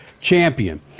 champion